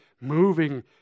moving